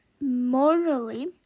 morally